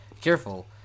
Careful